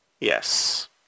Yes